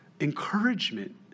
Encouragement